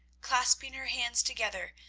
clasping her hands together,